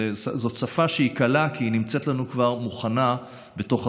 זאת שפה קלה, כי היא נמצאת לנו כבר מוכנה ברשת.